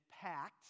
packed